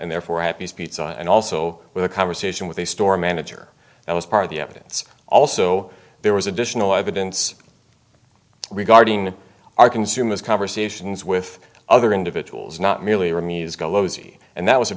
and therefore happy's pizza and also with a conversation with the store manager that was part of the evidence also there was additional evidence regarding our consumers conversations with other individuals not merely